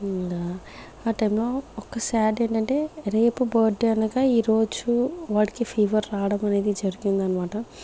ఆ టైంలో ఒక శ్యాడ్ ఏంటంటే రేపు బర్త్డే అనగా ఈరోజు వాడికి ఫీవర్ రావడం అనేది జరిగింది అనమాట